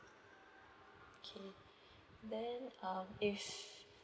okay then um if